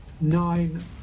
nine